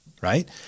right